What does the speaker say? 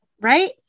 right